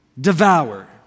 devour